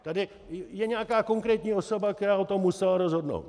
Tady je nějaká konkrétní osoba, která o tom musela rozhodnout.